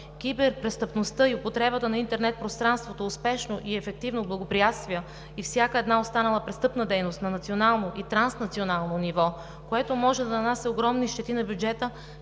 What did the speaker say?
киберпрестъпността и употребата на интернет пространството успешно и ефективно благоприятства и всяка една останала престъпна дейност на национално и транснационално ниво, което може да нанася огромни щети на бюджета